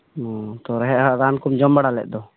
ᱚᱻ ᱛᱚ ᱨᱮᱦᱮᱫ ᱨᱟᱱ ᱠᱚᱢ ᱡᱚᱢ ᱵᱟᱲᱟ ᱞᱮᱫ ᱫᱚ